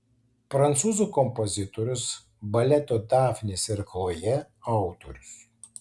prancūzų kompozitorius baleto dafnis ir chlojė autorius